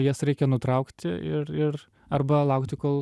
jas reikia nutraukti ir ir arba laukti kol